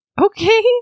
Okay